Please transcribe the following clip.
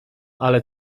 ale